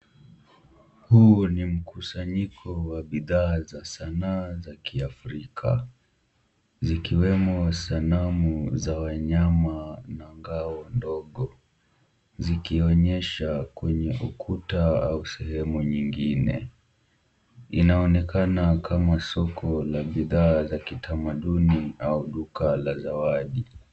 Huu ni mkusanyiko wa bidhaa za sanaa za kiafrika. Zikiwemo sanamu za wanyama na ngao ndogo, zikionyesha kwenye ukuta au sehemu nyingine. Inaonekana kama soko la bidhaa za kitamaduni au duka la zawadi.